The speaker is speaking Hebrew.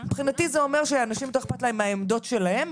מבחינתי זה אומר שאנשים יותר איכפת להם מהעמדות שלהם,